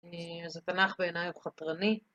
אז התנ"ך בעיניי הוא חתרני.